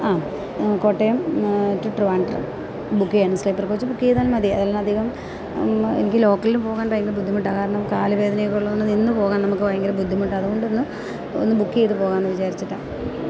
ആ Kottayam to Trivandrum book ചെയ്യണം sleeper coach book ചെയ്താലും മതി അധികം എനിക്ക് ലോക്കലിൽ പോകാൻ ഭയങ്കരം ബുദ്ധിമുട്ടാണ് കാരണം കാല് വേദനയൊക്കെയുള്ളതുകൊണ്ട് നിന്നുപോകാൻ നമുക്ക് ഭയങ്കരം ബുദ്ധിമുട്ടാണ് അതുകൊണ്ടൊന്ന് ഒന്ന് ബുക്ക് ചെയ്ത് പോകാമെന്ന് വിചാരിച്ചിട്ടാണ്